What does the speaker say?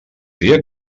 dia